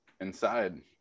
inside